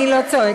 היא חידשה לנו.